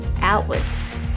outwards